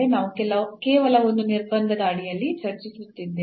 ನಾವು ಕೇವಲ ಒಂದು ನಿರ್ಬಂಧದ ಅಡಿಯಲ್ಲಿ ಚರ್ಚಿಸುತ್ತಿದ್ದೇವೆ